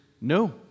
no